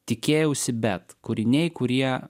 tikėjausi bet kūriniai kurie